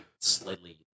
slightly